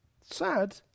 Sad